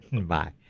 Bye